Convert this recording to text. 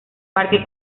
parque